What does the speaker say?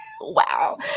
Wow